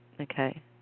Okay